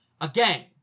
Again